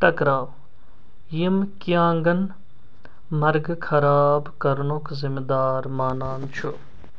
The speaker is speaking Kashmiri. ٹکراو یِم كِیانگن مرگہٕ خراب كرنُک ذِمہ دار مانان چھُ